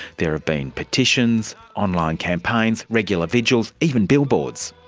there have been petitions, on-line campaigns, regular vigils, even billboards.